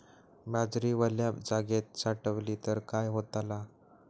बाजरी वल्या जागेत साठवली तर काय होताला?